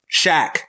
Shaq